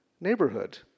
neighborhood